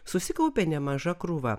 susikaupė nemaža krūva